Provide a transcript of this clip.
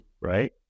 right